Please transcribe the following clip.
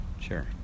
Sure